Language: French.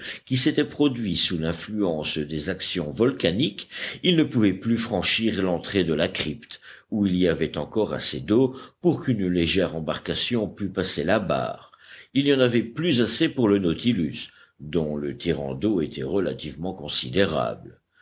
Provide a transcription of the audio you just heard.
qui s'était produit sous l'influence des actions volcaniques il ne pouvait plus franchir l'entrée de la crypte où il y avait encore assez d'eau pour qu'une légère embarcation pût passer la barre il n'y en avait plus assez pour le nautilus dont le tirant d'eau était relativement considérable